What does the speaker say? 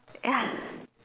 ya